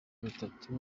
bitatu